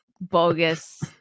bogus